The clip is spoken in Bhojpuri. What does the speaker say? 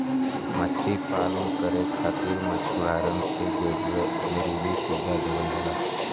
मछरी पालन करे खातिर मछुआरन के जरुरी सुविधा देवल जाला